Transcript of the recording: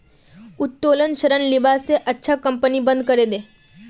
उत्तोलन ऋण लीबा स अच्छा कंपनी बंद करे दे